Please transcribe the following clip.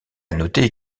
noter